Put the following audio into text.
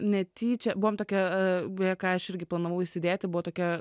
netyčia buvom tokie ką aš irgi planavau įsidėti buvo tokia